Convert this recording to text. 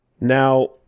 Now